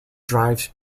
drives